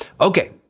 Okay